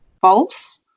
false